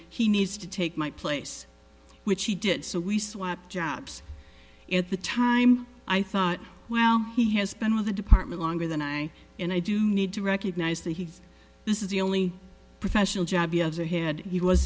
he needs to take my place which he did so we swapped jobs at the time i thought well he has been with the department longer than i and i do need to recognize that he this is the only professional job ahead he was